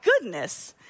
goodness